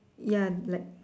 ya black